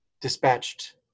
dispatched